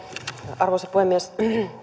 arvoisa puhemies